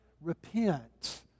repent